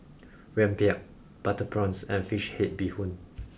Rempeyek Butter Prawns and Fish Head Bee Hoon